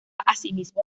asimismo